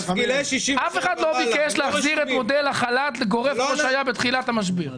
אף אחד לא ביקש להחזיר את מודל החל"ת גורף כמו שהיה בתחילת המשבר.